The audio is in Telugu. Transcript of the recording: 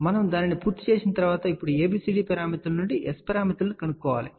మనము దానిని పూర్తి చేసిన తర్వాత ఇప్పుడు ఈ ABCD పారామితుల నుండి S పారామితులను కనుగొనాలి